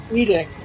eating